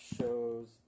shows